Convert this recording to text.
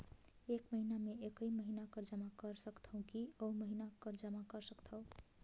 एक महीना मे एकई महीना कर जमा कर सकथव कि अउ महीना कर जमा कर सकथव?